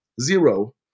zero